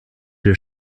sur